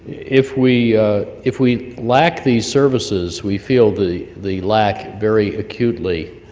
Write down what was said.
if we if we lack these services we feel the the lack very acutely,